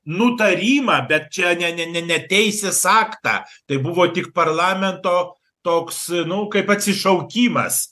nutarimą bet čia ne ne ne ne teisės aktą tai buvo tik parlamento toks nu kaip atsišaukimas